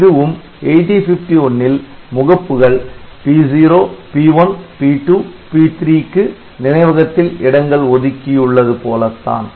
இதுவும் 8051ல் முகப்புகள் P0 P1 P2 P3 க்கு நினைவகத்தில் இடங்கள் ஒதுக்கியுள்ளது போலத்தான்